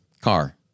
car